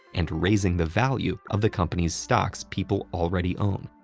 and raising the value of the company's stocks people already own.